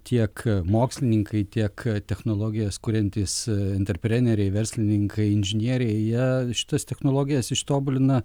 tiek mokslininkai tiek technologijas kuriantys interpreneriai verslininkai inžinieriai jie šitas technologijas ištobulina